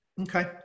Okay